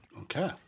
okay